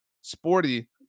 sporty